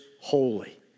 holy